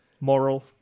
moral